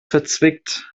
verzwickt